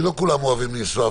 כי לא כולם אוהבים ליסוע,